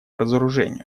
разоружению